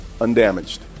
undamaged